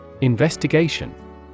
Investigation